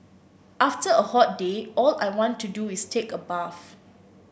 after a hot day all I want to do is take a bath